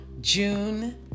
June